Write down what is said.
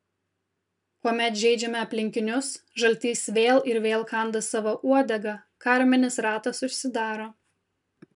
kuomet žeidžiame aplinkinius žaltys vėl ir vėl kanda savo uodegą karminis ratas užsidaro